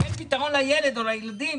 אם אין פתרון לילד או לילדים,